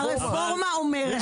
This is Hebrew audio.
הרפורמה אומרת.